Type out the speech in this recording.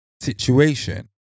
situation